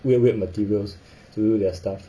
weird weird materials to do their stuff